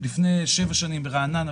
לפני 7 שנים ברעננה,